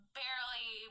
barely